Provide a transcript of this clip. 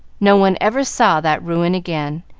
no one ever saw that ruin again,